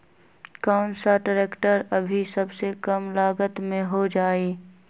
कौन सा ट्रैक्टर अभी सबसे कम लागत में हो जाइ?